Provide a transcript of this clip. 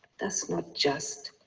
that's not just.